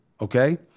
okay